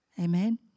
Amen